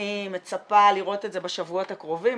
אני מצפה לראות את זה בשבועות הקרובים.